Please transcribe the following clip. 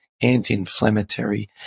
anti-inflammatory